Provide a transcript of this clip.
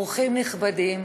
אורחים נכבדים,